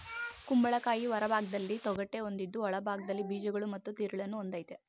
ಕುಂಬಳಕಾಯಿ ಹೊರಭಾಗ್ದಲ್ಲಿ ತೊಗಟೆ ಹೊಂದಿದ್ದು ಒಳಭಾಗ್ದಲ್ಲಿ ಬೀಜಗಳು ಮತ್ತು ತಿರುಳನ್ನು ಹೊಂದಯ್ತೆ